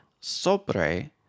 sobre